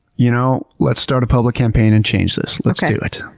you know, let's start a public campaign and change this. let's do it.